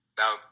now